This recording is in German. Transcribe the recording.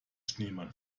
schneemann